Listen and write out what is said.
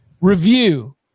review